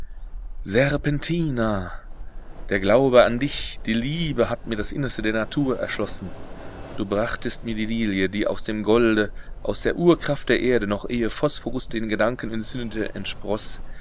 serpentina der glaube an dich die liebe hat mir das innerste der natur erschlossen du brachtest mir die lilie die aus dem golde aus der urkraft der erde noch ehe phosphorus den gedanken